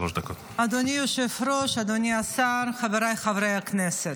אדוני היושב-ראש, אדוני השר, חבריי חברי הכנסת,